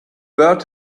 bird